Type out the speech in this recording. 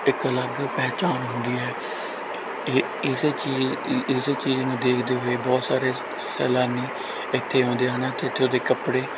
ਇੱਕ ਅਲੱਗ ਪਹਿਚਾਣ ਹੁੰਦੀ ਹੈ ਇਹ ਇਸ ਚੀਜ਼ ਇਸ ਚੀਜ਼ ਨੂੰ ਦੇਖਦੇ ਹੋਏ ਬਹੁਤ ਸਾਰੇ ਸ ਸੈਲਾਨੀ ਇੱਥੇ ਆਉਂਦੇ ਹਨ ਅਤੇ ਇੱਥੋਂ ਦੇ ਕੱਪੜੇ